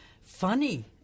funny